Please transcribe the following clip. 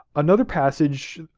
another passage,